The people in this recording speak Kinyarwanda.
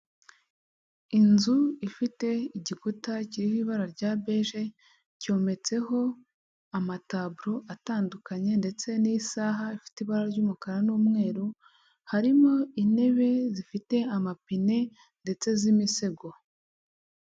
Inzu ifite igikuta kiriho ibara rya beje cyometseho amataburo atandukanye ndetse n'isaha ifite ibara ry'umukara n'umweru, harimo intebe zifite amapine ndetse z'imisego.